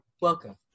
welcome